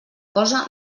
cosa